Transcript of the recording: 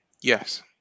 Yes